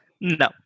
no